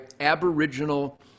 aboriginal